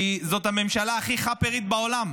כי זאת הממשלה הכי חאפרית בעולם.